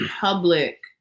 public